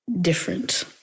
different